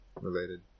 related